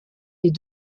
est